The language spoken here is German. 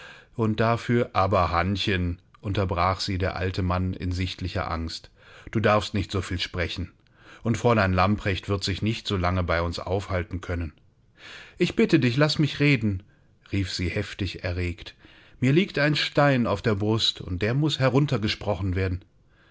und dafür aber hannchen unterbrach sie der alte mann in sichtlicher angst du darfst nicht so viel sprechen und fräulein lamprecht wird sich nicht so lange bei uns aufhalten können ich bitte dich lasse mich reden rief sie heftig erregt mir liegt ein stein auf der brust und der muß heruntergesprochen werden